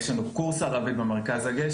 יש לנו קורס ערבית במרכז הגאה,